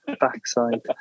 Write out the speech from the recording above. backside